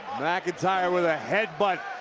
mcintyre with a headbutt.